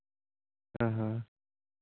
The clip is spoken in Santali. ᱦᱮᱸ ᱦᱮᱸ